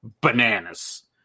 bananas